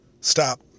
stop